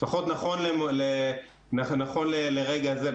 נכון לרגע זה,